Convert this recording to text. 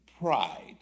pride